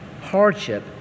hardship